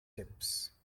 tips